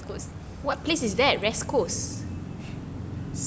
it's west coast